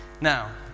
Now